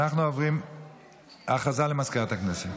הודעה לסגנית מזכיר הכנסת.